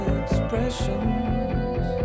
expressions